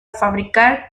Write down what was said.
fabricar